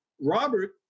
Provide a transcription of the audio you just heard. Robert